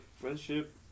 Friendship